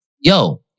Yo